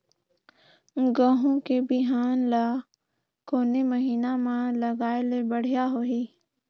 गहूं के बिहान ल कोने महीना म लगाय ले बढ़िया होही?